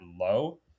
low